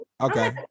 Okay